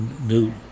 new